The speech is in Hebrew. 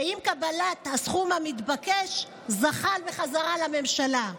שעם קבלת הסכום המתבקש זחל בחזרה לממשלה,